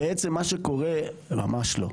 ממש לא.